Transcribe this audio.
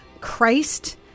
Christ